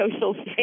social